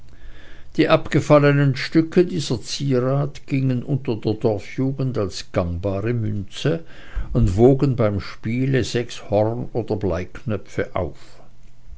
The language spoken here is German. die abgefallenen stücke dieser zierat gingen unter der dorfjugend als gangbare münze und wogen beim spiele sechs horn oder bleiknöpfe auf